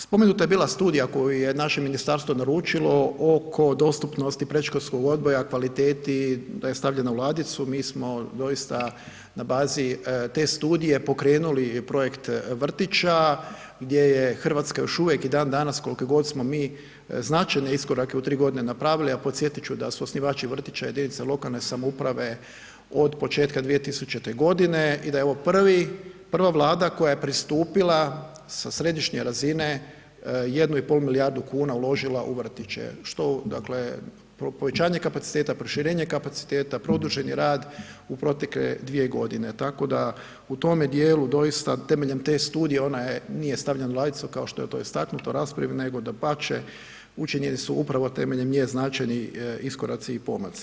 Spomenuta je bila studija koju je naše ministarstvo naručilo oko dostupnosti predškolskog odgoja, kvaliteti da je stavljena u ladicu, mi smo doista na bazi te studije pokrenuli projekt vrtića gdje je RH još uvijek i dan danas kolko god smo mi značajne iskorake u 3.g. napravili, a podsjetit ću da su osnivači vrtića jedinice lokalne samouprave od početka 2000.g. i da je ovo prvi, prva Vlada koja je pristupila sa središnje razine 1,5 milijardu kuna uložila u vrtiće, što dakle povećanje kapaciteta, proširenje kapaciteta, produženi rad u protekle dvije godine, tako da u tome dijelu doista temeljem te studije, ona je, nije stavljena u ladicu kao što je to istaknuto u raspravi, nego dapače učinjeni su upravo temeljem nje značajni iskoraci i pomaci.